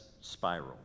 spiral